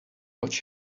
watch